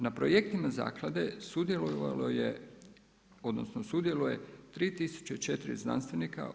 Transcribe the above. Na projektima zaklade sudjelovalo je, odnosno sudjeluje 3004 znanstvenika.